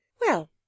Well